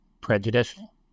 prejudicial